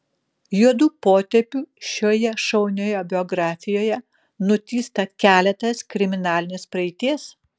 juodu potėpiu šioje šaunioje biografijoje nutįsta keletas kriminalinės praeities